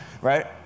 right